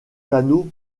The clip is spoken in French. canot